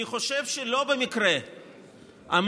אני חושב שלא במקרה המחוקק